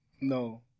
No